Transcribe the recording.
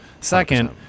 Second